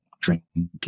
drinking